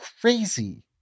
crazy